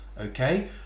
Okay